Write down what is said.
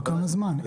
כמה זמן?